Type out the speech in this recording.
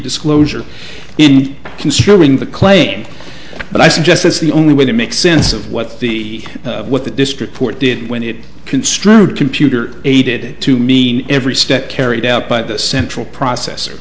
disclosure and considering the claim but i suggest as the only way to make sense of what the what the district court did when it construed computer aided to mean every step carried out by the central processor